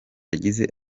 yagize